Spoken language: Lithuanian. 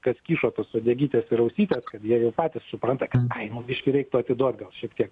kad kyšo tos uodegytės ir ausytės kad jie jau patys supranta kad ai nu biškį reiktų atiduoti gal šiek tiek